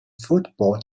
football